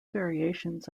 variations